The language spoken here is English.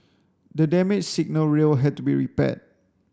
the damaged signal rail had to be repaired